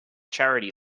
charity